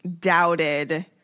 doubted